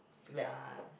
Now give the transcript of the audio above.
ya